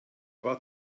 war